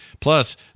plus